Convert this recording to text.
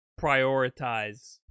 prioritize